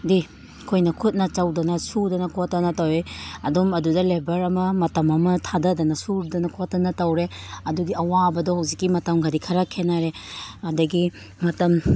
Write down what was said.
ꯗꯤ ꯑꯩꯈꯣꯏꯅ ꯈꯨꯠꯅ ꯇꯧꯗꯅ ꯁꯨꯗꯅ ꯈꯣꯠꯇꯅ ꯇꯧꯏ ꯑꯗꯨꯝ ꯑꯗꯨꯗ ꯂꯦꯕꯔ ꯑꯃ ꯃꯇꯝ ꯑꯃ ꯊꯥꯗꯗꯅ ꯁꯨꯗꯅ ꯈꯣꯠꯇꯅ ꯇꯧꯔꯦ ꯑꯗꯨꯒꯤ ꯑꯋꯥꯕꯗ ꯍꯧꯖꯤꯛꯀꯤ ꯃꯇꯝꯒꯗꯤ ꯈꯔ ꯈꯦꯠꯅꯔꯦ ꯑꯗꯒꯤ ꯃꯇꯝ